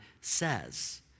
says